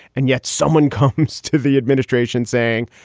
and yet someone comes to the administration saying,